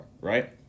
right